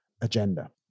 agenda